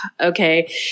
okay